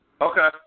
Okay